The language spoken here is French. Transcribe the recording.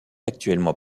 actuellement